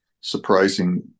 surprising